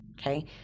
okay